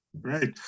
Right